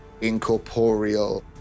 incorporeal